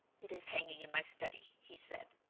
it is hanging in my study, he said.